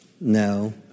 no